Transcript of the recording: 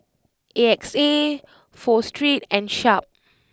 A X A Pho Street and Sharp